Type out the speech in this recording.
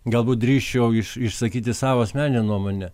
galbūt drįsčiau išsakyti savo asmeninę nuomonę